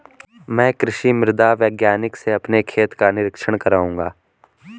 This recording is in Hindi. मैं कृषि मृदा वैज्ञानिक से अपने खेत का निरीक्षण कराऊंगा